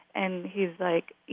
and he's like,